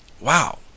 Wow